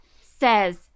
says